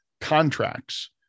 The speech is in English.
contracts